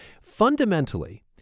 Fundamentally